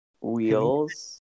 wheels